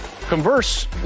converse